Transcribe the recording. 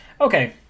okay